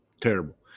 Terrible